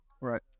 Right